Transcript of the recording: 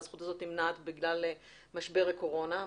והזכות הזאת נמנעת בגלל משבר הקורונה.